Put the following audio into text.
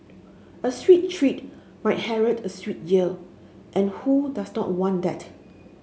a sweet treat might herald a sweet year and who does not want that